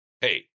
Hey